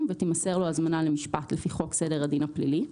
ותימסר לו הזמנה למשפט לפי חוק סדר הדין הפלילי.